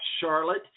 Charlotte